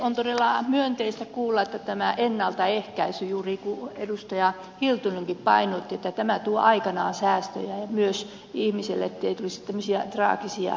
on todella myönteistä kuulla että tämä ennaltaehkäisy juuri kuten edustaja hiltunenkin painotti tätä tuo aikanaan säästöjä ja myös estää sitä ettei ihmisille tulisi tämmöisiä traagisia kokemuksia